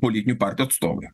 politinių partijų atstovai